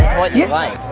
what you like.